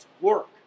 work